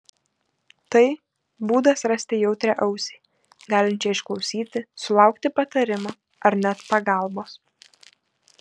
tai būdas rasti jautrią ausį galinčią išklausyti sulaukti patarimo ar net pagalbos